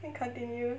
then continue